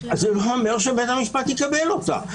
זה לא אומר שבית המשפט יקבל אותה.